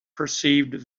perceived